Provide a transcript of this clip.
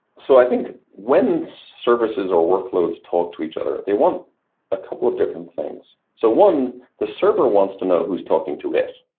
so i think when services or workloads talk to each other, they want a couple of different things. so one, the server wants to know who's talking to it.